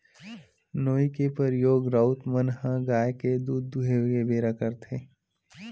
नोई के परियोग राउत मन ह गाय के दूद दूहें के बेरा करथे